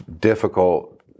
difficult